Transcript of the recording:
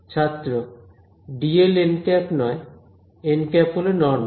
ছাত্র dl নয় হল নরমাল